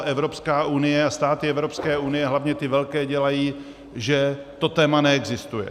Evropská unie a státy Evropské unie, hlavně ty velké, dělají, že to téma neexistuje.